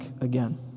again